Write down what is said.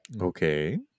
Okay